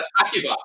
Akiba